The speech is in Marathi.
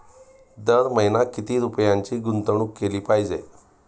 दर महिना किती रुपयांची गुंतवणूक केली पाहिजे?